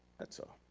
that's all.